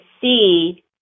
see